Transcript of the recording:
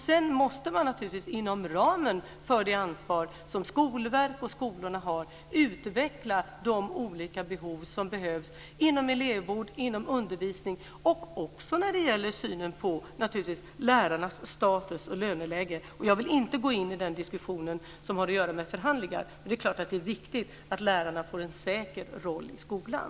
Sedan måste man naturligtvis inom ramen för det ansvar som Skolverket och skolorna har utveckla de olika behov som finns inom elevvård, inom undervisning och även när det gäller synen på lärarnas status och löneläge. Jag vill inte gå in i den diskussion som har att göra med förhandlingar. Det är klart att det är viktigt att lärarna får en säker roll i skolan.